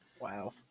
wow